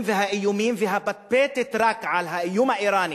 והאיומים והפטפטת רק על האיום האירני